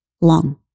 long